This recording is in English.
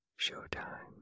Showtime